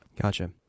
Gotcha